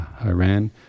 Iran